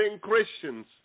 Christians